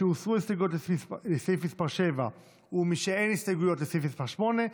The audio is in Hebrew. משהוסרו ההסתייגויות לסעיף מס' 7 ומשאין הסתייגויות לסעיף מס' 8,